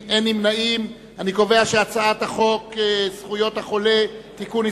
להעביר את הצעת חוק זכויות החולה (תיקון,